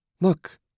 Look